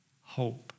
hope